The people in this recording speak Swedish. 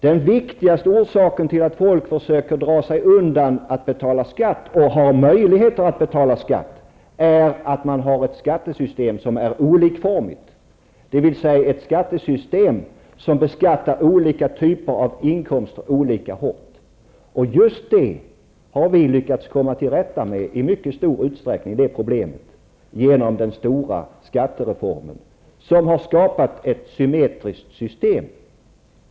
Den viktigaste orsaken till att folk försöker dra sig undan och inte betala skatt är att man har ett skattesystem som är olikformigt, dvs. ett skattesystem som beskattar olika typer av inkomster olika hårt. Det problemet har vi i mycket stor utsträckning lyckats komma till rätta med genom den stora skattereformen, som har skapat ett symmetriskt system.